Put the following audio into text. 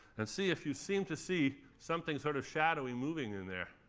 and see if you seem to see something sort of shadowy moving in there